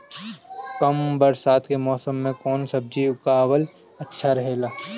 कम बरसात के मौसम में कउन सब्जी उगावल अच्छा रहेला?